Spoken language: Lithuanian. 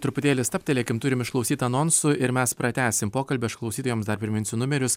truputėlį stabtelėkim turim išklausyt anonsų ir mes pratęsim pokalbį aš klausytojams dar priminsiu numerius